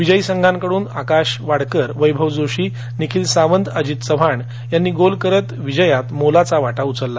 विजयी संघांकड्न आकाश वाडकर वैभव जोशी निखिल सावंत आणि अजित चव्हाण यांनी गोल करत विजयात मोलाचा वाटा उचलला